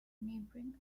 neighboring